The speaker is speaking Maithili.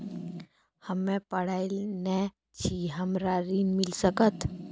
हम्मे पढ़ल न छी हमरा ऋण मिल सकत?